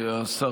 השר,